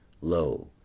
lo